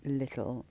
little